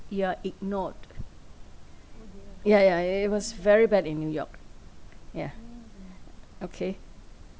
you are ignored ya ya it it it was very bad in new york yeah okay